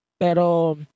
pero